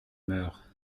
meure